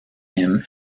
him